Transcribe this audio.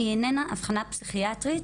היא איננה אבחנה פסיכיאטרית,